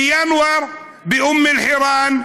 בינואר, באום אלחיראן,